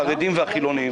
החרדיים והחילוניים